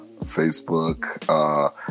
facebook